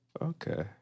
Okay